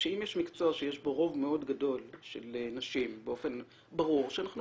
שאם יש מקצועות שיש בו רוב מאוד גדול של נשים באופן ברור שאנחנו